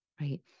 right